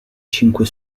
cinque